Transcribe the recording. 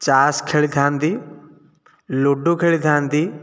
ତାସ୍ ଖେଳିଥାନ୍ତି ଲୁଡ଼ୁ ଖେଳିଥାନ୍ତି